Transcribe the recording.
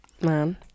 Man